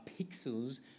pixels